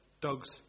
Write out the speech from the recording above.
dogs